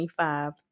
25